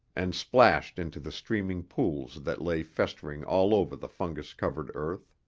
and splashed into the steaming pools that lay festering all over the fungus-covered earth.